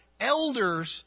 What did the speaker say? elders